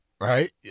Right